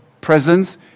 presence